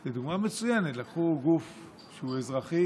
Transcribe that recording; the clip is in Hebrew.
זו דוגמה מצוינת: לקחו גוף שהוא אזרחי-משטרתי